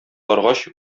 баргач